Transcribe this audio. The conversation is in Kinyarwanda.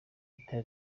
teta